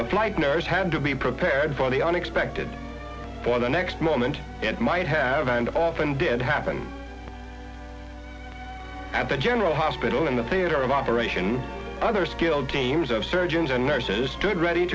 the flight nurse had to be prepared for the unexpected for the next moment it might have and often did happen at the general hospital in the theater of operation other skilled teams of surgeons and nurses stood ready